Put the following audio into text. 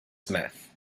smythe